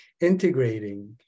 integrating